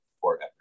forever